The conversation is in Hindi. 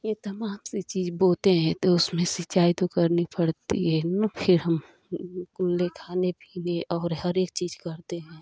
ये तमाम सी चीज़ बोते हैं तो उसमें सिंचाई तो करनी पड़ती है ना फिर हम कुल्ले खाने पीने और हर एक चीज़ करते हैं